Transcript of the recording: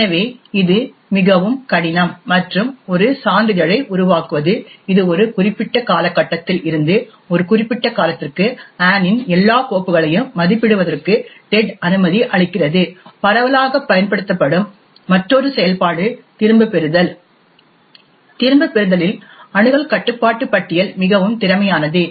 எனவே இது மிகவும் கடினம் மற்றும் ஒரு சான்றிதழை உருவாக்குவது இது ஒரு குறிப்பிட்ட காலகட்டத்தில் இருந்து ஒரு குறிப்பிட்ட காலத்திற்கு அன்னின் எல்லா கோப்புகளையும் மதிப்பிடுவதற்கு டெட் அனுமதி அளிக்கிறது பரவலாகப் பயன்படுத்தப்படும் மற்றொரு செயல்பாடு திரும்பப்பெறுதல் திரும்பப்பெறுதலில் அணுகல் கட்டுப்பாட்டு பட்டியல் மிகவும் திறமையானது